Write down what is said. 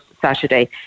Saturday